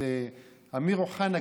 את אמיר אוחנה,